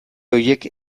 horiek